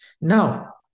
Now